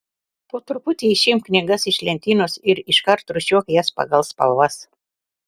po truputį išimk knygas iš lentynos ir iškart rūšiuok jas pagal spalvas